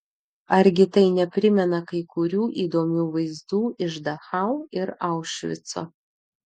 argi tai neprimena kai kurių įdomių vaizdų iš dachau ir aušvico